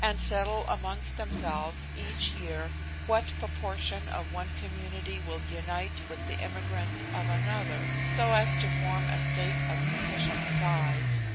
and settle amongst themselves each year what proportion of one community will unite with the emigrants of another, so as to form a state of sufficient size